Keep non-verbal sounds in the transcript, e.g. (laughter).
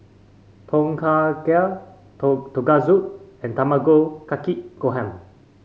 Tom Kha Gai (unintelligible) Tonkatsu and Tamago Kake Gohan